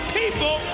people